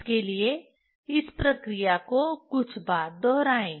इसके लिए इस प्रक्रिया को कुछ बार दोहराएं